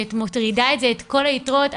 ואת מורידה מזה את כל היתרות של זה,